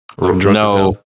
No